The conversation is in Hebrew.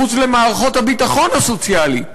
מחוץ למערכות הביטחון הסוציאלי,